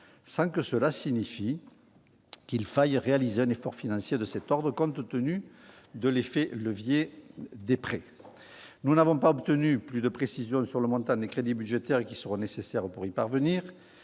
sans que cela signifie qu'il faille réaliser un effort financier de cet ordre, compte tenu de l'effet de levier des prêts. Nous n'avons pas obtenu plus de précisions sur le montant des crédits budgétaires qui seront nécessaires pour y parvenir.